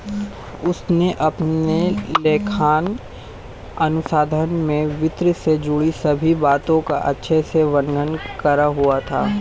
उसने अपने लेखांकन अनुसंधान में वित्त से जुड़ी सभी बातों का अच्छे से वर्णन करा हुआ था